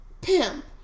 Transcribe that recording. pimp